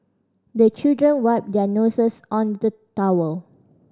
the children wipe their noses on the towel